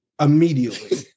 immediately